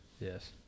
Yes